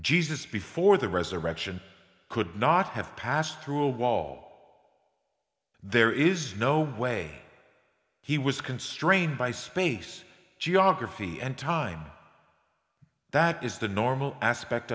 jesus before the resurrection could not have passed through a wall there is no way he was constrained by space geography and time that is the normal aspect